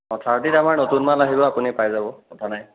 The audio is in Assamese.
অঁ থাৰ্টীত আমাৰ নতুন মাল আহিব আপুনি পাই যাব কথা নাই